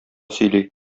сөйли